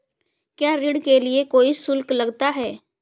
क्या ऋण के लिए कोई शुल्क लगता है?